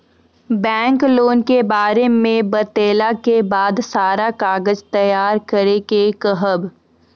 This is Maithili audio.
बैंक लोन के बारे मे बतेला के बाद सारा कागज तैयार करे के कहब?